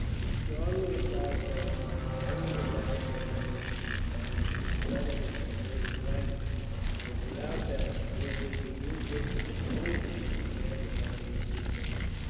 he strongly advised them to spend every available moment of their time in the study of the native language as, without that, they would be useless if appointed to command a body of sepoys.